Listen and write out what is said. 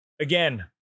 Again